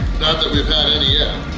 not that we've had any yet.